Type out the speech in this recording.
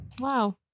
Wow